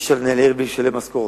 אי-אפשר לנהל עיר בלי לשלם משכורות,